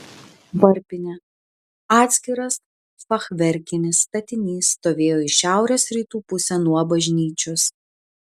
varpinė atskiras fachverkinis statinys stovėjo į šiaurės rytų pusę nuo bažnyčios